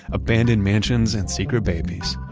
abandoned mansions and secret babies.